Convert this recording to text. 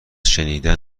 شنیدن